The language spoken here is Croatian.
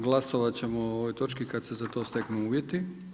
Glasovati ćemo o ovoj točci kada se za to steknu uvjeti.